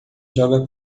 joga